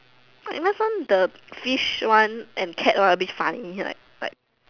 what last time the fish one and the cat one a bit funny like